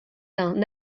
d’un